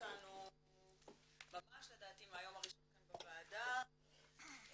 אותנו ממש לדעתי מהיום הראשון כאן בוועדה על